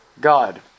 God